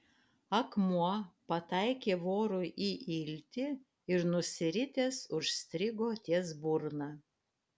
akmuo pataikė vorui į iltį ir nusiritęs užstrigo ties burna